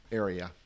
area